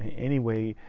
and anyway,